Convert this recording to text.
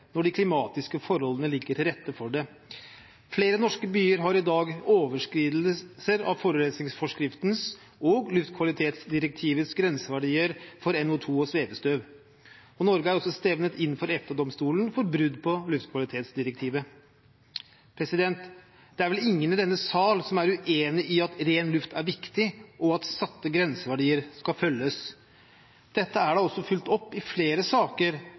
når de klimatiske forholdene ligger til rette for det. Flere norske byer har i dag overskridelser av forurensningsforskriftens og luftkvalitetsdirektivets grenseverdier for NO2 og svevestøv. Norge er også stevnet inn for EFTA-domstolen for brudd på luftkvalitetsdirektivet. Det er vel ingen i denne sal som er uenig i at ren luft er viktig, og at satte grenseverdier skal følges. Dette er da også fulgt opp i flere saker